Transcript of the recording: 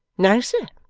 no sir,